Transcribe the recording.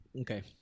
Okay